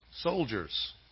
Soldiers